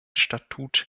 statut